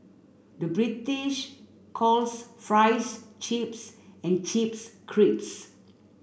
the British calls fries chips and chips crisps